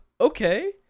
okay